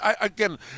again